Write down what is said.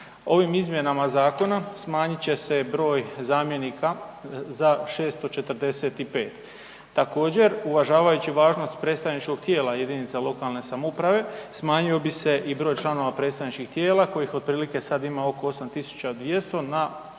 Ovim izmjenama zakona smanjit će se broj zamjenika za 645. Također, uvažavajući važnost predstavničkog tijela jedinica lokalne samouprave, smanjio bi se i broj članova predstavničkih tijela kojih otprilike sad ima oko 8200 na